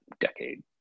decade